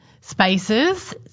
spaces